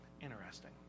Interesting